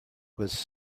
was